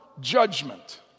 judgment